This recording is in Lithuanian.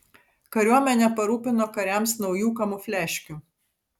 kariuomenę parūpino kariams naujų kamufliažkių